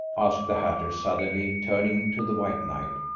asked the hatter, suddenly turning to the white knight.